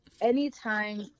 anytime